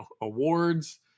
awards